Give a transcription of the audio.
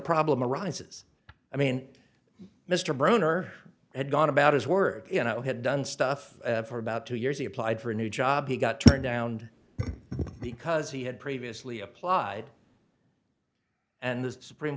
problem arises i mean mr bronner had gone about his work you know had done stuff for about two years he applied for a new job he got turned down because he had previously applied and the supreme